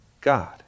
God